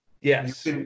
Yes